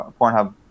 Pornhub